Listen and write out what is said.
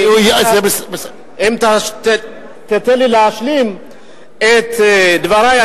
אם תיתן לי להשלים את דברי,